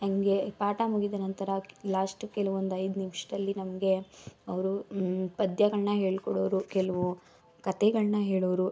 ಹಾಗೆ ಪಾಠ ಮುಗಿದ ನಂತರ ಲಾಸ್ಟ್ ಕೆಲವೊಂದು ಐದು ನಿಮಿಷ್ದಲ್ಲಿ ನಮಗೆ ಅವರು ಪದ್ಯಗಳನ್ನ ಹೇಳಿಕೊಡೋರು ಕೆಲವು ಕಥೆಗಳನ್ನ ಹೇಳೋರು